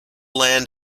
land